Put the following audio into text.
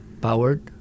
powered